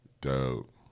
dope